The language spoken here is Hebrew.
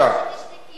חברת הכנסת רגב.